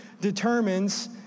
determines